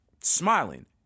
Smiling